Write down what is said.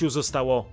zostało